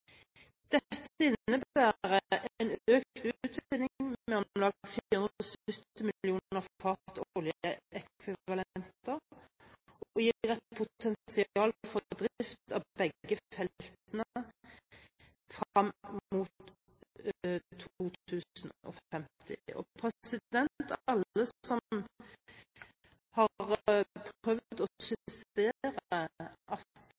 en økt utvinning med om lag 470 millioner fat oljeekvivalenter og gir et potensial for drift av begge feltene frem mot 2050. Alle som har prøvd å